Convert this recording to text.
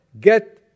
get